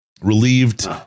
relieved